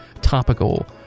topical